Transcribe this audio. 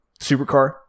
supercar